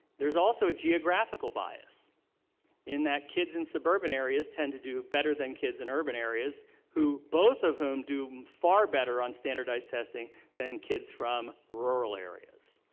also a geographical bias in that kids in suburban areas tend to do better than kids in urban areas who both of whom do far better on standardized testing than kids from rural areas.